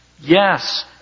Yes